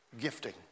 gifting